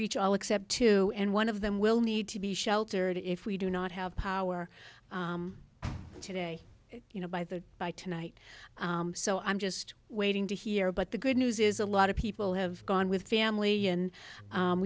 reach all except two and one of them will need to be sheltered if we do not have power today you know by the by tonight so i'm just waiting to hear but the good news is a lot of people have gone with family and